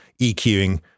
EQing